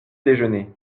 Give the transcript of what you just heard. déjeuner